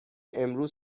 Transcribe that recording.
امروز